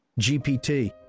GPT